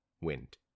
wind